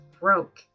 broke